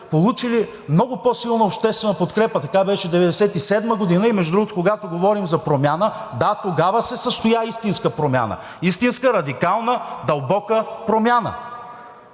получили много по-силна обществена подкрепа, така беше и 1997 г., и между другото, когато говорим за промяна, да, тогава се състоя истинска промяна – истинска, радикална, дълбока промяна.